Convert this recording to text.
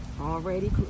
Already